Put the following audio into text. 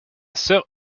sœur